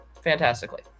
fantastically